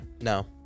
No